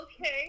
Okay